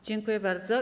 Dziękuję bardzo.